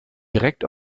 direkt